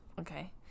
okay